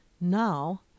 Now